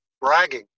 bragging